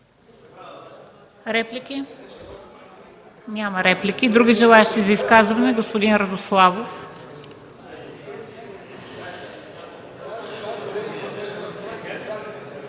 Реплики? Няма. Други желаещи за изказване? Господин Радославов.